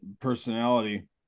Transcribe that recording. personality